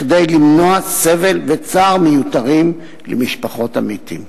כדי למנוע סבל וצער מיותרים למשפחות המתים.